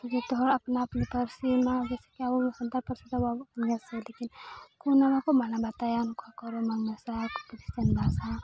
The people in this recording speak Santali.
ᱡᱚᱛᱚ ᱦᱚᱲ ᱟᱯᱱᱟ ᱟᱯᱱᱤ ᱯᱟᱹᱨᱥᱤ ᱟᱵᱚ ᱢᱟ ᱵᱤᱥᱤ ᱜᱮ ᱟᱵᱚ ᱥᱟᱱᱛᱟᱲᱤ ᱯᱟᱹᱨᱥᱤ ᱵᱟᱵᱚ ᱵᱩᱡᱟ ᱥᱮ ᱞᱮᱠᱤᱱ ᱩᱱᱠᱩ ᱚᱱᱟ ᱵᱟᱠᱚ ᱢᱟᱱᱟ ᱵᱟᱛᱟᱭᱟ ᱩᱱᱠᱩ ᱠᱚ ᱨᱳᱢᱟᱱ ᱢᱮᱥᱟ ᱠᱷᱨᱤᱥᱪᱟᱱ ᱵᱷᱟᱥᱟ